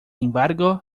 embargo